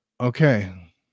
okay